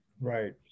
Right